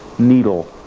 needle,